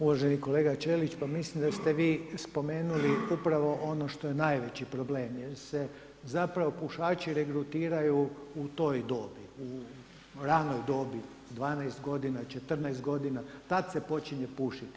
Uvaženi kolega Ćelić, pa mislim da ste vi spomenuli upravo ono što je najveći problem jer se zapravo pušaći regrutiraju u toj dobi, u ranoj dobi 12 godina, 14 godina, tada se počinje pušiti.